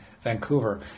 Vancouver